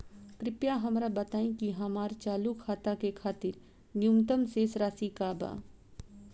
कृपया हमरा बताइ कि हमार चालू खाता के खातिर न्यूनतम शेष राशि का बा